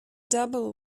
double